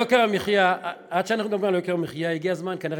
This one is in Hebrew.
עד שידאגו ליוקר המחיה הגיע הזמן כנראה